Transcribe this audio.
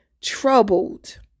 troubled